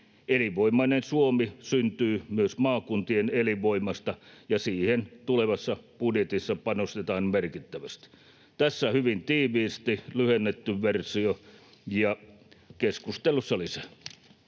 Elinvoimainen Suomi syntyy myös maakuntien elinvoimasta, ja siihen tulevassa budjetissa panostetaan merkittävästi. Tässä hyvin tiiviisti lyhennetty versio, ja keskustelussa lisää.